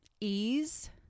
ease